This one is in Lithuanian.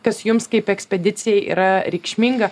kas jums kaip ekspedicijai yra reikšminga